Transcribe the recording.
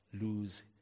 lose